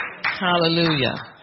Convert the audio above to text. Hallelujah